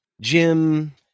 Jim